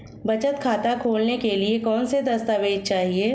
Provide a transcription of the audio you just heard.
बचत खाता खोलने के लिए कौनसे दस्तावेज़ चाहिए?